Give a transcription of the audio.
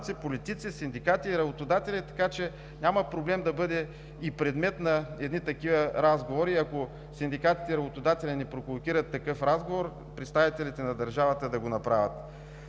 политици, синдикати и работодатели, така че няма проблем да бъде и предмет на едни такива разговори. Ако синдикатите и работодателите не провокират такъв разговор, представителите на държавата да го направят.